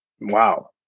wow